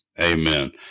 Amen